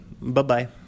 Bye-bye